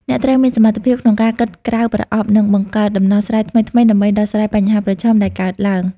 អ្នកត្រូវមានសមត្ថភាពក្នុងការគិតក្រៅប្រអប់ និងបង្កើតដំណោះស្រាយថ្មីៗដើម្បីដោះស្រាយបញ្ហាប្រឈមដែលកើតឡើង។